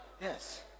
Yes